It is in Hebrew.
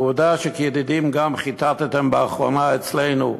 ועובדה שכידידים גם חיטטתם באחרונה אצלנו,